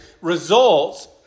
results